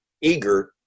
eager